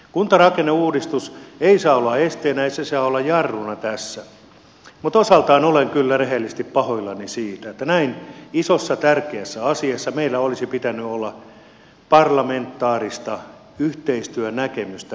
kuntarakenneuudistus ei saa olla esteenä ei se saa olla jarruna tässä mutta osaltaan olen kyllä rehellisesti pahoillani siitä että näin isossa tärkeässä asiassa meillä olisi pitänyt olla parlamentaarista yhteistyönäkemystä vielä enemmän